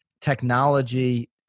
technology